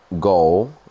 goal